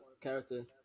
character